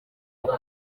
kuko